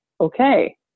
okay